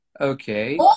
Okay